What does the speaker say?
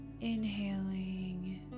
Inhaling